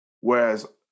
Whereas